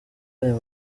ayo